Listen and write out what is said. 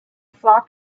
flock